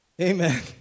Amen